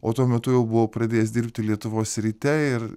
o tuo metu jau buvau pradėjęs dirbti lietuvos ryte ir